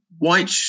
White